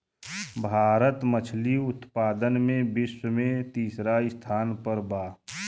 भारत मछली उतपादन में विश्व में तिसरा स्थान पर बा